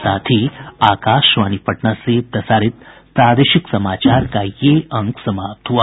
इसके साथ ही आकाशवाणी पटना से प्रसारित प्रादेशिक समाचार का ये अंक समाप्त हुआ